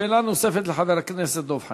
שאלה נוספת לחבר הכנסת דב חנין.